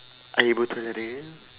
air botol ada